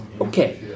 Okay